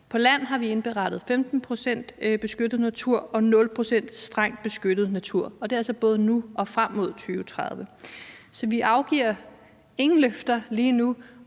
For land har vi indberettet 15 pct. beskyttet natur og 0 pct. strengt beskyttet natur, og det er altså både nu og frem mod 2030. Så vi afgiver ingen løfter lige nu